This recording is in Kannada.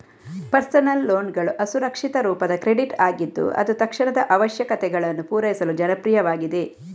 ಪರ್ಸನಲ್ ಲೋನ್ಗಳು ಅಸುರಕ್ಷಿತ ರೂಪದ ಕ್ರೆಡಿಟ್ ಆಗಿದ್ದು ಅದು ತಕ್ಷಣದ ಅವಶ್ಯಕತೆಗಳನ್ನು ಪೂರೈಸಲು ಜನಪ್ರಿಯವಾಗಿದೆ